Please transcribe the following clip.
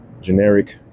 generic